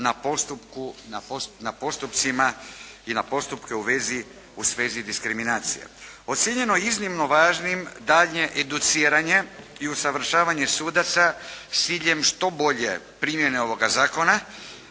na postupcima i na postupke u svezi diskriminacije. Ocijenjeno je iznimno važnim daljnje educiranje i usavršavanje sudaca s ciljem što bolje primjene ovoga zakona